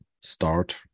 start